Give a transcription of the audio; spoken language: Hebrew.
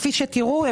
כפי שתראו,